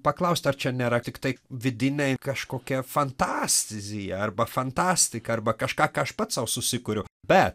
paklausti ar čia nėra tiktai vidinei kažkokia fantazija arba fantastika arba kažką ką aš pats sau susikuriu bet